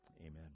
amen